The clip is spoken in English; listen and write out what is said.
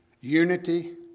unity